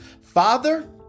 Father